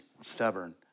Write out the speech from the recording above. stubborn